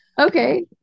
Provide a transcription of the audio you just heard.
okay